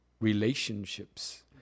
relationships